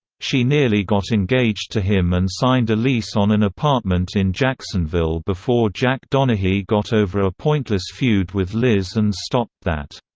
she nearly got engaged to him and signed a lease on an apartment in jacksonville before jack donaghy got over a pointless feud with liz and stopped that.